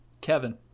Kevin